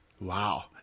wow